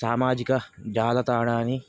सामाजिक जालताडानि